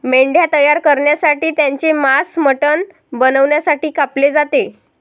मेंढ्या तयार करण्यासाठी त्यांचे मांस मटण बनवण्यासाठी कापले जाते